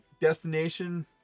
destination